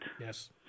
Yes